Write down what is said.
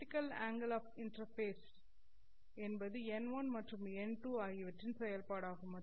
critical angle of interface என்பது n1 மற்றும் n2 ஆகியவற்றின் செயல்பாடாகும்